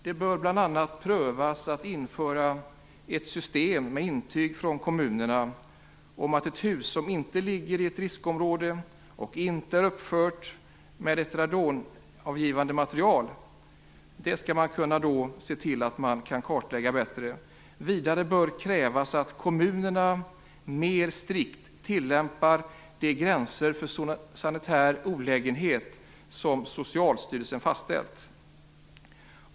Det bör bl.a. prövas att införa ett system med intyg från kommunerna om att ett hus inte ligger i ett riskområde och inte är uppfört med ett radonavgivande material. Man skall se till att man kan kartlägga detta bättre. Vidare bör krävas att kommunerna mer strikt tilllämpar de gränser för sanitär olägenhet som Socialstyrelsen fastställt.